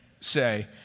say